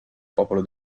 popolo